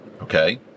okay